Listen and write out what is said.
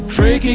Freaky